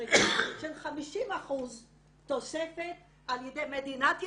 מדרגה של 50% תוספת על ידי מדינת ישראל.